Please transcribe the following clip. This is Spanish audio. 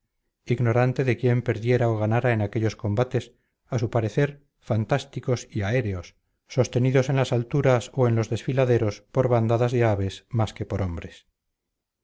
ignorante de quién perdiera o ganara en aquellos combates a su parecer fantásticos y aéreos sostenidos en las alturas o en los desfiladeros por bandadas de aves más que por hombres